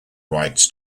rights